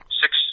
six